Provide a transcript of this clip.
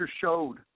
showed